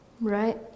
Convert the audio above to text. Right